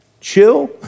chill